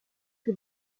que